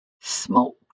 Smoke